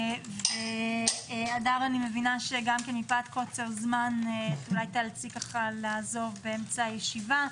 אני מבינה שגם מפאת קוצר זמן תיאלצי לעזוב באמצע הישיבה,